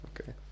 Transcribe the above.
okay